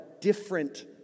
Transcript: different